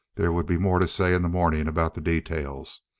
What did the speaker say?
there would be more to say in the morning about the details.